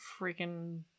freaking